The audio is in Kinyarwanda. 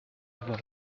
baba